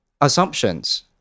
assumptions